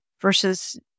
versus